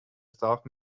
staff